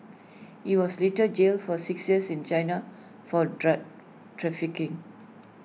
he was later jailed for six years in China for drug trafficking